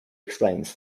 explains